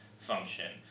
function